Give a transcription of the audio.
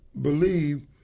believe